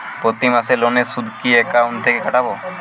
প্রতি মাসে লোনের সুদ কি একাউন্ট থেকে কাটবে?